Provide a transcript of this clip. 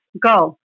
go